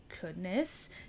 goodness